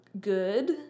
good